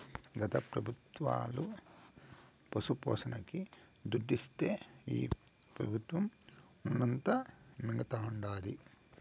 గత పెబుత్వాలు పశుపోషణకి దుడ్డిస్తే ఈ పెబుత్వం ఉన్నదంతా మింగతండాది